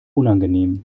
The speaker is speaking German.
unangenehm